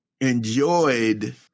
enjoyed